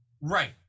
Right